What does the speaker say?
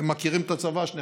אתם מכירים את הצבא, שניכם,